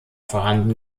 vorhanden